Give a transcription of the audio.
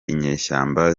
inyeshyamba